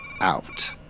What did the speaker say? out